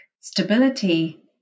stability